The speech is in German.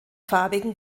farbigen